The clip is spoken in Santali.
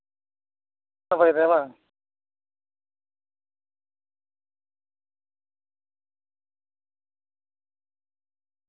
ᱫᱚᱦᱚᱭᱫᱟᱭ ᱵᱟᱝ